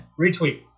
retweet